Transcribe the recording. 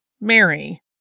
Mary